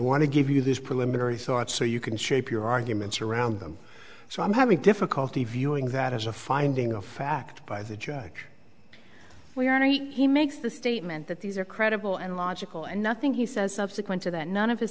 want to give you this preliminary thought so you can shape your arguments around them so i'm having difficulty viewing that as a finding of fact by the judge we are he makes the statement that these are credible and logical and nothing he says subsequent to that none of his